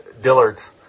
dillard's